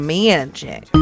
magic